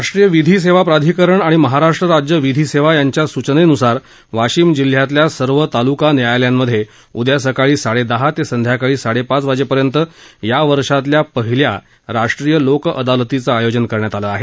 राष्ट्रीय विधी सेवा प्राधिकरण आणि महाराष्ट्र राज्य विधी सेवा यांच्या सूचनेनुसार वाशिम जिल्ह्यातल्या सर्व तालुका न्यायालयांमध्ये आज सकाळी साडेदहा ते संध्याकाळी साडेपाच वाजेपर्यंत या वर्षातल्या पहिल्या राष्ट्रीय लोक अदालतचं आयोजन करण्यात आलं आहे